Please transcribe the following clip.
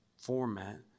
format